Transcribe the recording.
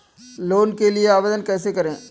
Loan के लिए आवेदन कैसे करें?